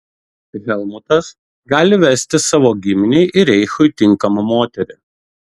helmutas gali vesti savo giminei ir reichui tinkamą moterį